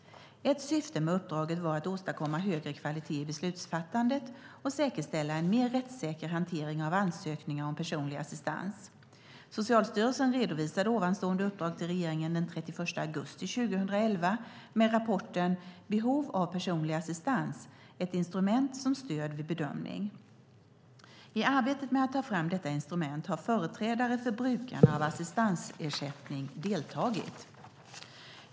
Ett syfte med uppdraget var att åstadkomma högre kvalitet i beslutsfattandet och säkerställa en mer rättssäker hantering av ansökningar om personlig assistans. Socialstyrelsen redovisade ovanstående uppdrag till regeringen den 31 augusti 2011 med rapporten Behov av personlig assistans - Ett instrument som stöd vid bedömning . I arbetet med att ta fram detta instrument har företrädare för brukarna av assistansersättningen deltagit.